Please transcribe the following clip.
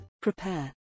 Prepare